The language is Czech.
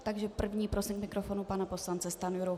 Takže první prosím k mikrofonu pana poslance Stanjuru.